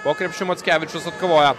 po krepšiu mockevičius atkovoja